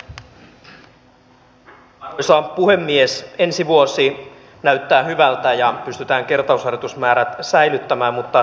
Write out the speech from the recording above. jos ihminen saadaan kotoutettua työikäisenä suomeen se tuottaa suomelle paljon euroja ja vähentää sitä leikkaustarvetta